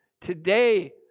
today